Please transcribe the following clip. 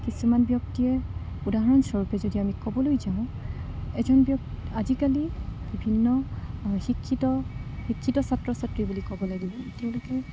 কিছুমান ব্যক্তিয়ে উদাহৰণস্বৰূপে যদি আমি ক'বলৈ যাওঁ এজন ব্যক্ত আজিকালি বিভিন্ন শিক্ষিত শিক্ষিত ছাত্ৰ ছাত্ৰী বুলি ক'ব লাগিব তেওঁলোকে